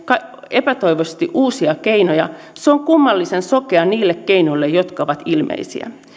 epätoivoisesti uusia keinoja se on kummallisen sokea niille keinoille jotka ovat ilmeisiä